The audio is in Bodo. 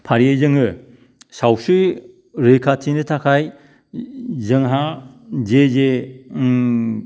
फारियै जोङो सावस्रि रैखाथिनि थाखाय जोंहा जे जे